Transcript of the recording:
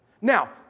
Now